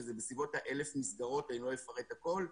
שזה בסביבות ה-1,000 מסגרות ולא אפרט הכל.